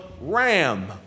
ram